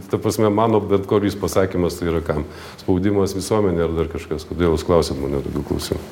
ta prasme mano bet kuris pasakymas tai yra kam spaudimas visuomenei ar dar kažkas kodėl jūs klausiat mane tokių klausim